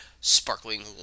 sparkling